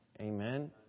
amen